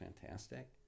fantastic